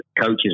coaches